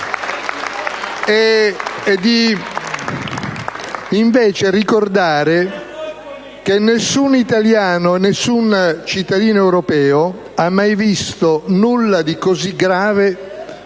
invece di ricordare che nessun italiano, nessun cittadino europeo ha mai visto nulla di così grave